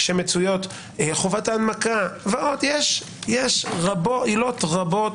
חובת ההנמקה ועוד יש עילות רבות,